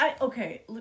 Okay